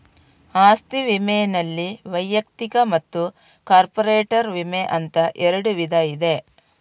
ಆಸ್ತಿ ವಿಮೆನಲ್ಲಿ ವೈಯಕ್ತಿಕ ಮತ್ತು ಕಾರ್ಪೊರೇಟ್ ವಿಮೆ ಅಂತ ಎರಡು ವಿಧ ಇದೆ